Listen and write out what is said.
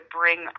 bring